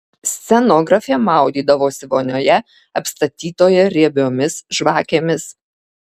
scenografė maudydavosi vonioje apstatytoje riebiomis žvakėmis